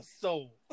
soul